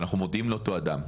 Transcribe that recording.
שאנחנו מודיעים לאותו אדם,